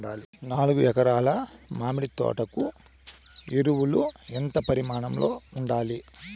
నాలుగు ఎకరా ల మామిడి తోట కు ఎరువులు ఎంత పరిమాణం లో ఉండాలి?